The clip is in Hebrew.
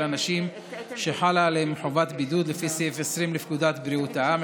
אנשים שחלה עליהם חובת בידוד לפי סעיף 20 לפקודת בריאות העם,